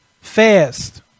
fast